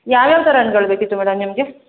ಯಾವ್ಯಾವ ಥರ ಹಣ್ಗಳ್ ಬೇಕಿತ್ತು ಮೇಡಮ್ ನಿಮಗೆ